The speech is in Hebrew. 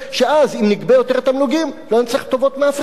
שאם נגבה יותר תמלוגים לא נצטרך טובות מאף אחד,